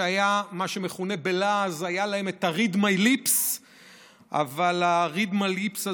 היה להם מה שמכונה בלעז ה-Read my lips,